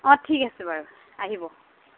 অঁ ঠিক আছে বাৰু আহিব